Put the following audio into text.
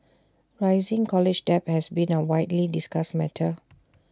rising college debt has been A widely discussed matter